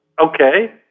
okay